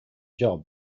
job